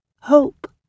Hope